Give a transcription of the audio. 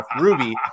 Ruby